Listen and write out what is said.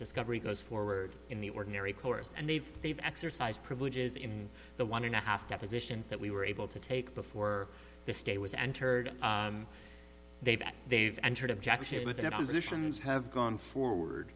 discovery goes forward in the ordinary course and they've they've exercised privileges in the one and a half depositions that we were able to take before the stay was entered they've they've entered objection with an admissions have gone forward